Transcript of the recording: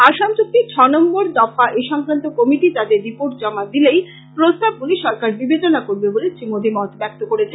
আসাম চুক্তি ছনম্বর দফা এসংক্রান্ত কমিটি তাদের রিপোর্ট জমা দিলেই প্রস্তাবগুলি সরকার বিবেচনা করবে বলে শ্রী মোদী মত ব্যক্ত করেন